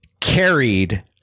carried